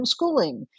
homeschooling